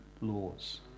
laws